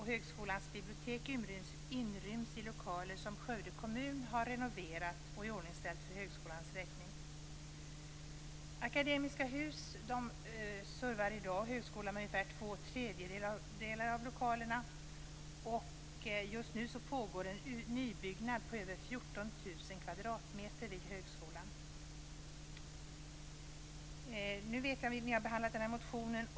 Högskolans bibliotek inryms i lokaler som Skövde kommun har renoverat och iordningställt för högskolans räkning. Akademiska Hus servar i dag högskolan med ungefär två tredjedelar av lokalerna. Just nu pågår ett nybygge på över 14 000 m2 vid högskolan. Jag vet hur utskottet har behandlat motionen.